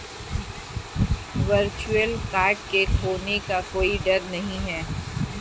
virtual card के खोने का कोई दर नहीं है